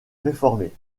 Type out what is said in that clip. réformée